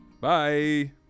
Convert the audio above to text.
Bye